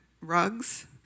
rugs